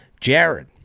Jared